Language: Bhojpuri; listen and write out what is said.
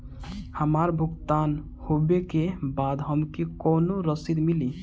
हमार भुगतान होबे के बाद हमके कौनो रसीद मिली?